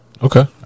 Okay